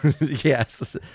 Yes